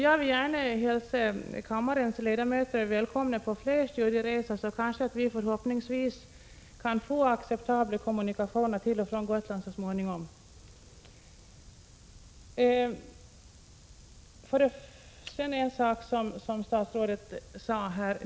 Jag vill gärna hälsa kammarens ledamöter välkomna på fler studieresor. Då kan vi förhoppningsvis få acceptabla kommunikationer till och från Gotland så småningom.